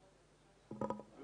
על